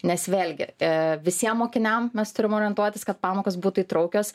nes vėlgi visiem mokiniam mes turim orientuotis kad pamokos būtų įtraukiuos